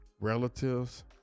relatives